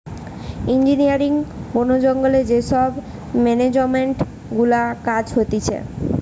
engineering, বোন জঙ্গলে যে সব মেনেজমেন্ট গুলার কাজ হতিছে